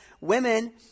Women